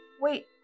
Wait